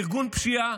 וארגון פשיעה,